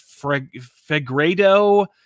Fegredo